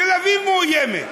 תל-אביב מאוימת,